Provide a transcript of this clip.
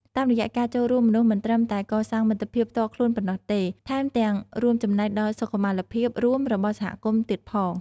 តាមរយៈការចូលរួម មនុស្សមិនត្រឹមតែកសាងមិត្តភាពផ្ទាល់ខ្លួនប៉ុណ្ណោះទេ ថែមទាំងរួមចំណែកដល់សុខុមាលភាពរួមរបស់សហគមន៍ទៀតផង។